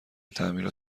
تعمیرات